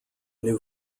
new